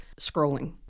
scrolling